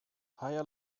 higher